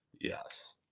Yes